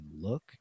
look